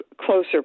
closer